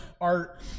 art